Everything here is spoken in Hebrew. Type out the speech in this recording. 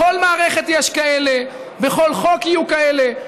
בכל מערכת יש כאלה, בכל חוק יהיו כאלה.